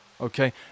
Okay